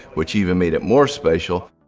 which even made it more special.